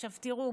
עכשיו תראו,